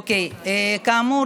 כאמור,